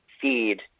feed